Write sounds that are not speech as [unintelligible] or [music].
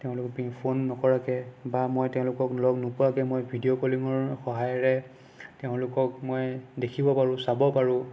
তেওঁলোকক [unintelligible] ফোন নকৰাকৈ বা মই তেওঁলোকক লগ নোপোৱাকৈ মই ভিডিঅ' কলিঙৰ সহায়েৰে তেওঁলোকক মই দেখিব পাৰোঁ চাব পাৰোঁ